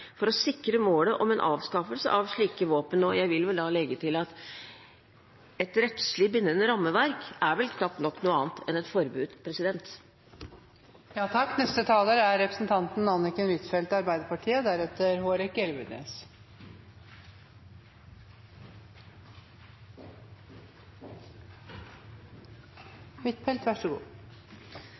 for å sikre målet om en avskaffelse av slike våpen – og jeg vil legge til at et rettslig bindende rammeverk er vel knapt nok noe annet enn et forbud.